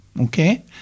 Okay